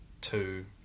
two